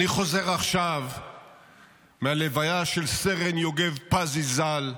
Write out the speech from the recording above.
אני חוזר עכשיו מהלוויה של סרן יוגב פזי, ז"ל,